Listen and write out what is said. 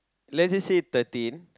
let's just say thirteen